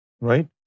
right